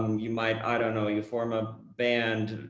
um you might, i don't know, you form a band,